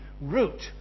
root